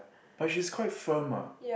but she is quite firm ah